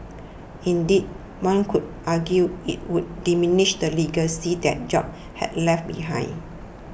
indeed one could argue it would diminish the legacy that Jobs has left behind